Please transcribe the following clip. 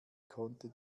konnte